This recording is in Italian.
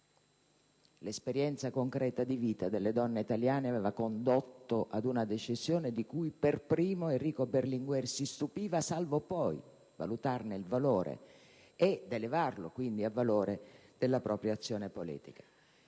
L'esperienza di vita concreta delle donne italiane aveva condotto ad un risultato di cui per primo Enrico Berlinguer si stupiva, salvo poi valutarne il peso ed elevarlo quindi a valore della propria azione politica.